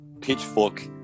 pitchfork